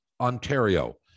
Ontario